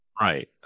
Right